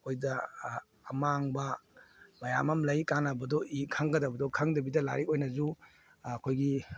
ꯑꯩꯈꯣꯏꯗ ꯑꯃꯥꯡꯕ ꯃꯌꯥꯝ ꯑꯃ ꯂꯩ ꯀꯥꯟꯅꯕꯗꯣ ꯈꯪꯒꯗꯕꯗꯣ ꯈꯪꯗꯕꯤꯗ ꯂꯥꯏꯔꯤꯛ ꯑꯣꯏꯅꯁꯨ ꯑꯩꯈꯣꯏꯒꯤ